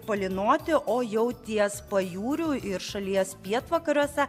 palynoti o jau ties pajūriu ir šalies pietvakariuose